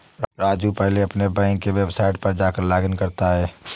राजू पहले अपने बैंक के वेबसाइट पर जाकर लॉगइन करता है